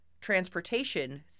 transportation